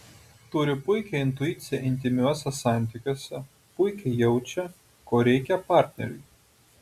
turi puikią intuiciją intymiuose santykiuose puikiai jaučia ko reikia partneriui